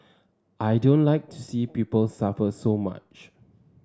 I don't like to see people suffer so much